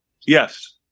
Yes